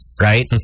right